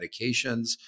medications